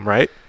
Right